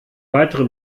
weitere